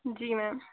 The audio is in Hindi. जी मैम